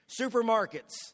supermarkets